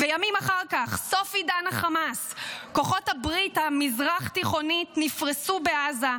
וימים אחר כך: סוף עידן החמאס: כוחות הברית המזרח-תיכונית נפרסו בעזה,